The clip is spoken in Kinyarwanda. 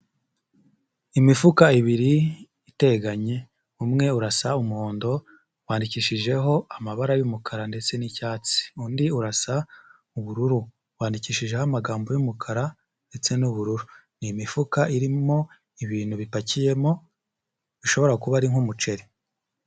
Imifuka ibiri iteganye umwe urasa umuhondo, wandikishijeho amabara y'umukara ndetse n'icyatsi. Undi urasa ubururu wandikishijeho amagambo y'umukara ndetse n'ubururu. Ni imifuka irimo ibintu bipakiyemo bishobora kuba ari nk'umuceri.